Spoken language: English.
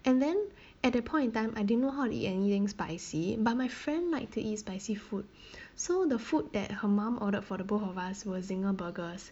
and then at that point in time I didn't know how to eat anything spicy but my friend like to eat spicy food so the food that her mum ordered for the both of us were zinger burgers